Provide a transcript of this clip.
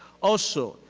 also,